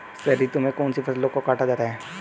शरद ऋतु में कौन सी फसलों को काटा जाता है?